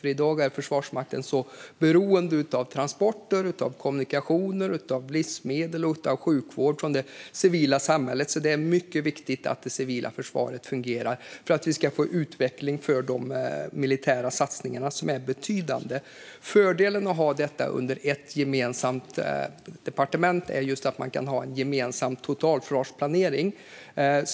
I dag är Försvarsmakten beroende av transporter, kommunikationer, livsmedel och sjukvård från det civila samhället. Det är alltså mycket viktigt att det civila försvaret fungerar för att de militära satsningarna, som är betydande, ska ge utdelning. Fördelen med att ha detta under ett gemensamt departement är just att kunna ha en gemensam totalförsvarsplanering.